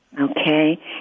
Okay